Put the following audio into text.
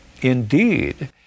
Indeed